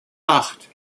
acht